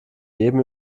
jedem